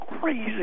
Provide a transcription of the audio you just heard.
crazy